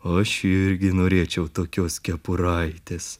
aš irgi norėčiau tokios kepuraitės